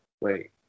wait